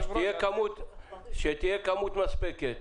שתהיה כמות מספקת,